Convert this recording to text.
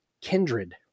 Kindred